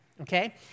okay